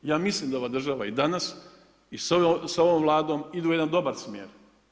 Ja mislim da ova država i danas i sa ovom Vladom ide u jedan dobar smjer.